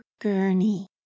Gurney